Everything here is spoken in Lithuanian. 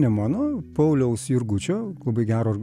ne mano pauliaus jurgučio labai gero